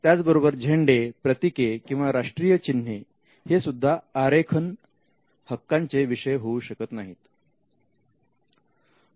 त्याचबरोबर झेंडे प्रतीके किंवा राष्ट्रीय चिन्हे हेसुद्धा आरेखन हक्कांचे विषय होऊ शकत नाहीत